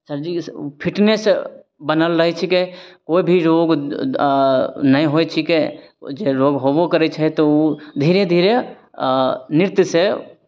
सरजी ओ फिटनेस बनल रहै छिकै कोइ भी रोग नहि होइ छिकै ओ जे रोग होयबो करै छै तऽ ओ धीरे धीरे नृत्यसँ